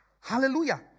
Hallelujah